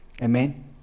Amen